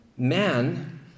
Man